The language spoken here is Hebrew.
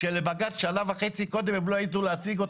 כשלבג"ץ שנה וחצי קודם הם לא העיזו להציג אותו.